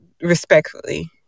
respectfully